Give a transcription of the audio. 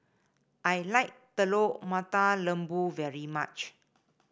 I like Telur Mata Lembu very much